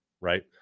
right